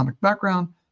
background